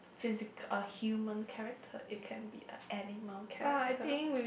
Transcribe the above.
physical a human character it can be a animal character